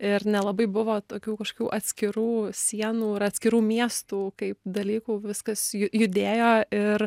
ir nelabai buvo tokių kažkokių atskirų sienų ir atskirų miestų kaip dalykų viskas ju judėjo ir